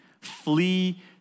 flee